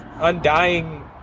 undying